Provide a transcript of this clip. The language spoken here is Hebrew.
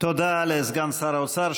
תודה לסגן שר האוצר.